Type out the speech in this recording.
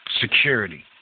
Security